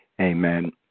Amen